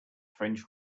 french